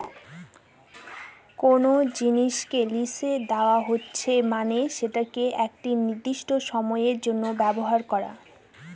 কোনো জিনিসকে লিসে দেওয়া হচ্ছে মানে সেটাকে একটি নির্দিষ্ট সময়ের জন্য ব্যবহার করা